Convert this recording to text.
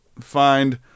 find